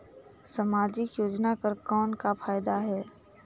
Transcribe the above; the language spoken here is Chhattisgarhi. समाजिक योजना कर कौन का फायदा है?